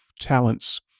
talents